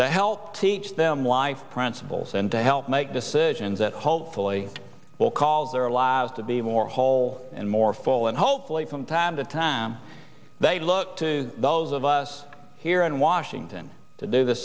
to help teach them life principles and to help make decisions that hopefully will call their lives to be more whole and more full and hopefully from time to time they look to those of us here in washington to do the